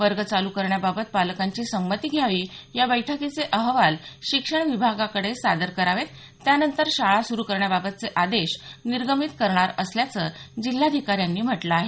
वर्ग चालू करण्याबाबत पालकांची समती घ्यावी या बैठकीचे अहवाल शिक्षण विभागाकडे सादर करावेत त्यानंतर शाळा सुरू करण्याबाबतचे आदेश निर्गमित करणार असल्याचं जिल्हाधिकाऱ्यांनी म्हटलं आहे